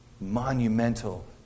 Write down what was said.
monumental